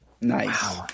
nice